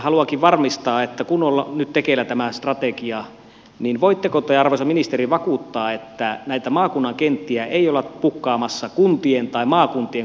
haluankin varmistaa että kun nyt on tekeillä tämä strategia niin voitteko te arvoisa ministeri vakuuttaa että näitä maakunnan kenttiä ei olla pukkaamassa kuntien tai maakuntien kustannettavaksi